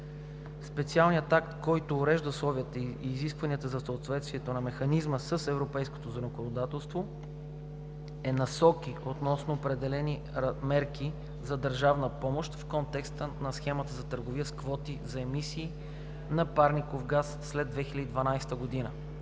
Специалният акт, който урежда условията и изискванията за съответствие на механизма с европейското законодателство, е Насоки относно определени мерки за държавна помощ в контекста на схемата за търговия с квоти за емисии на парников газ след 2012 г.